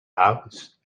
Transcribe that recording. house